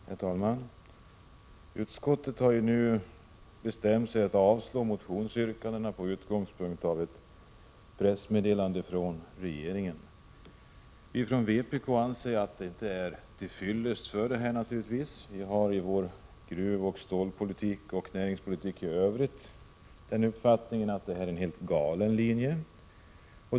Herr talman! Utskottet har nu bestämt sig för att avslå motionsyrkanden med utgångspunkt i ett pressmeddelande från regeringen. Från vpk anser vi naturligtvis att detta inte är till fyllest. Vi har i vår gruvoch stålpolitik och i vår näringspolitik i övrigt den uppfattningen att det här är en helt galen linje.